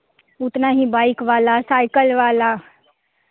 उतना ही बाइक वाला साइकिल वाला